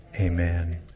Amen